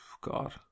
God